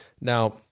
Now